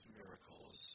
miracles